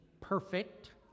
perfect